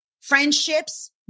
friendships